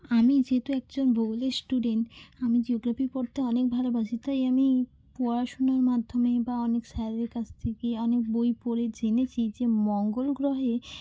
আমি যেহেতু একজন ভূগোলের স্টুডেন্ট আমি জিওগ্রাফি পড়তে অনেক ভালবাসি তাই আমি পড়াশোনার মাধ্যমে বা অনেক স্যারের কাছ থেকে অনেক বই পড়ে জেনেছি যে মঙ্গল গ্রহে